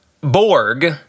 Borg